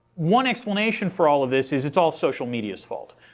one explanation for all of this is it's all social media's fault.